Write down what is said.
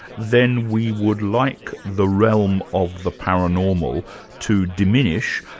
then we would like the realm of the paranormal to diminish,